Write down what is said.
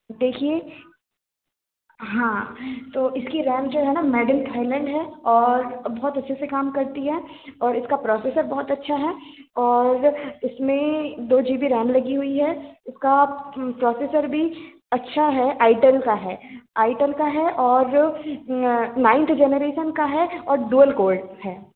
देखिए हाँ तो इसकी रैम जो है न मेड इन थाएलैंड है और बहुत अच्छे से काम करती है और इसका प्रोसेसर बहुत अच्छा है और इसमें दो जीबी रैम लगी हुई है इसका प्रोसेसर भी अच्छा है आइटेल का है आइटेल का है और नाइन्थ जेनरेशन का है और डुअल कोर है